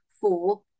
four